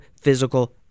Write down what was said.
physical